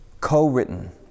Co-written